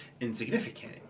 insignificant